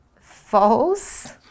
False